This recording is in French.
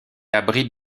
abrite